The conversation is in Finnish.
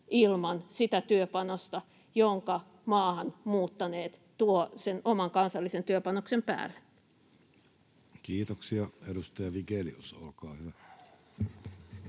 ilman sitä työpanosta, jonka maahanmuuttaneet tuovat sen oman kansallisen työpanoksen päälle. [Speech 232] Speaker: Jussi Halla-aho